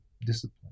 discipline